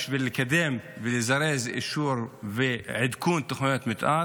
בשביל לקדם ולזרז אישור ועדכון של תוכניות מתאר,